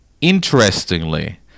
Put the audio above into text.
interestingly